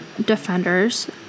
Defenders